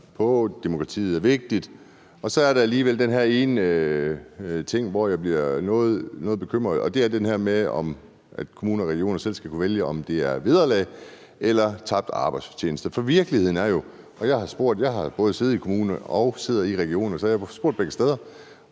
demokratiet er vigtigt. Så er der alligevel den her ene ting, hvor jeg bliver noget bekymret, og det er det her med, at kommuner og regioner selv skal kunne vælge, om det skal være vederlag eller tabt arbejdsfortjeneste. Jeg har siddet i både kommuner og regioner, og jeg har spurgt begge steder,